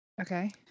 Okay